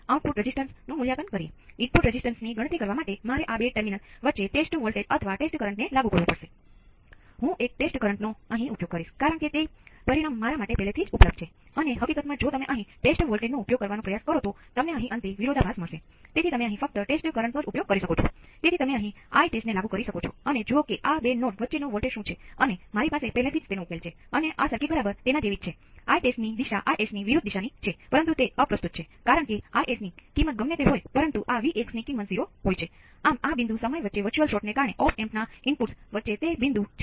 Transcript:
5 milliamps પરથી પણ એવું કહી શકો છો અને સર્કિટને જોવી અને જવાબો મેળવવા માટે સક્ષમ થવું પણ મહત્વપૂર્ણ હોય છે